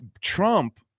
Trump